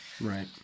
right